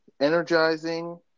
energizing